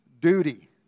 duty